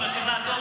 אין בעיה.